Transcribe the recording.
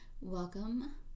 welcome